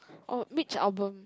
oh Mitch-Albom